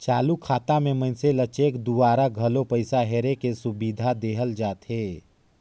चालू खाता मे मइनसे ल चेक दूवारा घलो पइसा हेरे के सुबिधा देहल जाथे